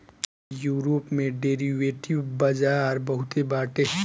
Europe में derivative बाजार बहुते बाटे